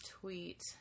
tweet